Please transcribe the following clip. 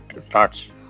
starts